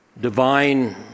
divine